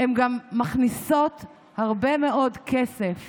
הן גם מכניסות הרבה מאוד כסף